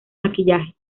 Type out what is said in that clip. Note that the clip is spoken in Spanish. maquillaje